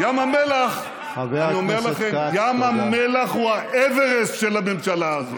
ים המלח, שוחד, מרמה והפרת אמונים.